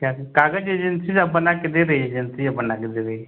क्या काग़ज़ एजेंसी आप बनाकर दे देगी एजेंसीएं बनाकर दे देगी